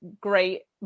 great